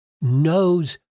knows